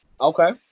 Okay